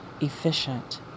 efficient